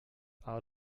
out